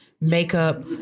makeup